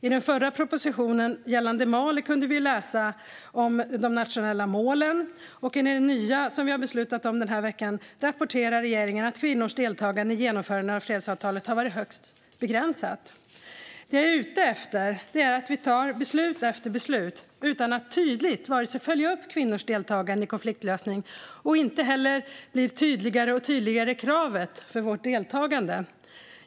I den förra propositionen gällande Mali kunde vi läsa om de nationella målen, och i den nya som vi har beslutat om den här veckan rapporterar regeringen att kvinnors deltagande i genomförandet av fredsavtalet har varit högst begränsat. Det jag är ute efter är att vi tar beslut efter beslut utan att vare sig följa upp kvinnors deltagande i konfliktlösning eller bli tydligare och tydligare i kravet för vårt deltagande.